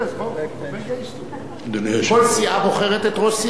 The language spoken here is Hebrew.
כל סיעה בוחרת את ראשה.